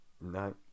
No